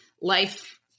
life